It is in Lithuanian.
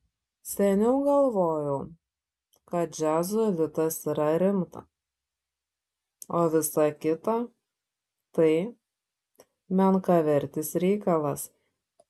seniau galvojau kad džiazo elitas yra rimta o visa kita tai menkavertis reikalas